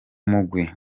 mugwi